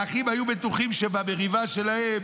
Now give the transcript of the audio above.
האחים היו בטוחים שבמריבה שלהם,